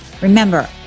Remember